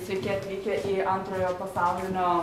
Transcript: sveiki atvykę į antrojo pasaulinio